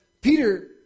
Peter